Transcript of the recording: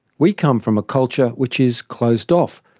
we come from a culture which is closed off,